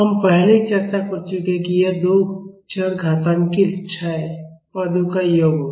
हम पहले ही चर्चा कर चुके हैं कि यह दो चरघातांकी क्षय पदों का योग होगा